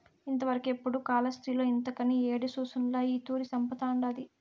ఇంతవరకెపుడూ కాలాస్త్రిలో ఇంతకని యేడి సూసుండ్ల ఈ తూరి సంపతండాది